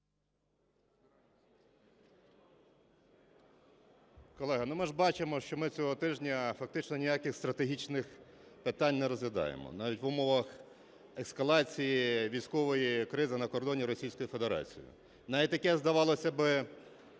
Колеги, ми ж бачимо, що ми цього тижня фактично ніяких стратегічних питань не розглядаємо, навіть в умовах ескалації, військової кризи на кордоні з Російською Федерацією. Навіть таке, здавалося б,